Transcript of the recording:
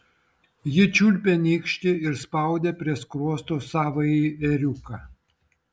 ji čiulpė nykštį ir spaudė prie skruosto savąjį ėriuką